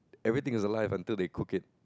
everything is alive until they cook it